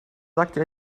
sagte